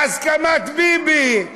בהסכמת ביבי.